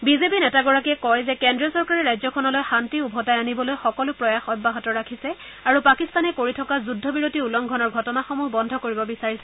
বিজেপিৰ নেতাগৰাকীয়ে কয় যে কেন্দ্ৰীয় চৰকাৰে ৰাজ্যখনলৈ শান্তি উভতাই আনিবলৈ সকলো প্ৰয়াস অব্যাহত ৰাখিছে আৰু পাকিস্তানে কৰি থকা যুদ্ধ বিৰতি উলংঘনৰ ঘটনাসমূহ বন্ধ কৰিব বিচাৰিছে